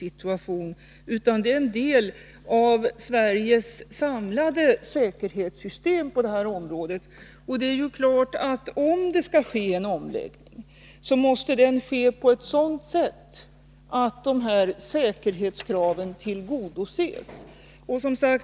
Den skyldigheten är en del av Sveriges samlade säkerhetssystem på det här området. Om en omläggning skall ske, måste den ske på ett sådant sätt att de här säkerhetskraven tillgodoses.